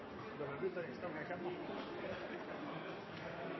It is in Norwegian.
da er det